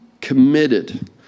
committed